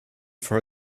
for